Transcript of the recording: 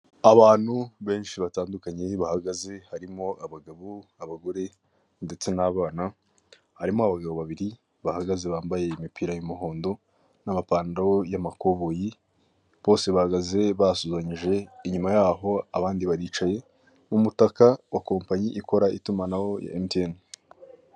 Abantu benshi batandukanye, bahagaze, harimo abagabo, abagore, ndetse n'abana, harimo abagabo babiri bahagaze, bambaye imipira y'umuhondo, n'amapantaro y'amakoboyi, bose bahagaze basuhuzanyije, inyuma yaho, abandi baricaye, mu mutaka wa kompanyi ikora itumanaho, ya emutiyeni.